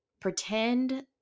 pretend